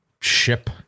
ship